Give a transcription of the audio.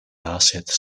assets